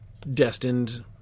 destined